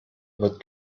wird